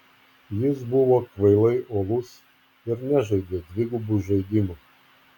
jis buvo kvailai uolus ir nežaidė dvigubų žaidimų